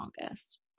longest